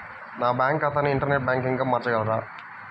నా బ్యాంక్ ఖాతాని ఇంటర్నెట్ బ్యాంకింగ్గా మార్చగలరా?